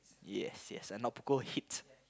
yes yes not hit